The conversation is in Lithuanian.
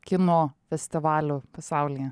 kino festivalių pasaulyje